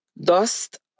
Dust